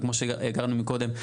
וכמו שהקראנו מקודם,